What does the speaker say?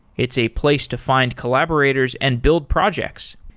it's a place to find collaborators and build projects.